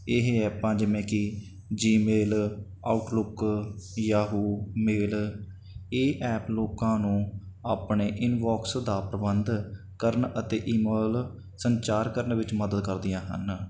ਇਹ ਐਪਾਂ ਜਿਵੇਂ ਕਿ ਜੀਮੇਲ ਆਊਟਲੁੱਕ ਯਾਹੂ ਮੇਲ ਇਹ ਐਪ ਲੋਕਾਂ ਨੂੰ ਆਪਣੇ ਇਨਬੋਕਸ ਦਾ ਪ੍ਰਬੰਧ ਕਰਨ ਅਤੇ ਇਮੇਲ ਸੰਚਾਰ ਕਰਨ ਵਿੱਚ ਮਦਦ ਕਰਦੀਆਂ ਹਨ